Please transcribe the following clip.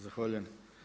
Zahvaljujem.